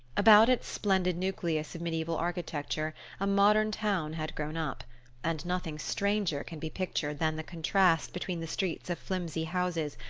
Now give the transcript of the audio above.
about its splendid nucleus of mediaeval architecture a modern town had grown up and nothing stranger can be pictured than the contrast between the streets of flimsy houses,